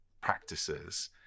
practices